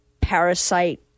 parasite